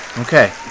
okay